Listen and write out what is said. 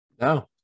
No